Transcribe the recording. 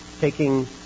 taking